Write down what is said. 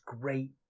great